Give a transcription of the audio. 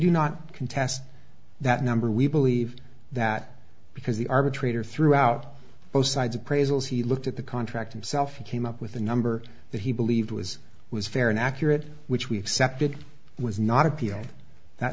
do not contest that number we believe that because the arbitrator threw out both sides appraisals he looked at the contract himself came up with a number that he believed was was fair and accurate which we accepted was not appeal that